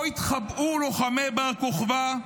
פה התחבאו לוחמי בר כוכבא.